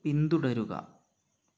പിന്തുടരുക